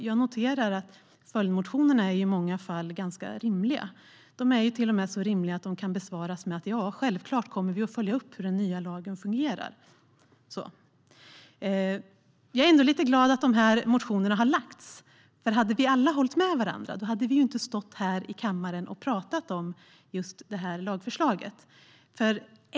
Jag noterar att följdmotionerna i många fall är ganska rimliga. De är till och med så rimliga att de kan besvaras med att vi självklart kommer att följa upp hur den nya lagen fungerar. Jag är ändå lite glad över att dessa motioner har väckts, därför att om vi alla hade hållit med varandra hade vi inte stått här i kammaren och talat om just detta lagförslag.